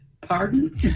pardon